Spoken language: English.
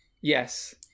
Yes